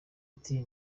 ati